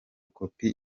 kopi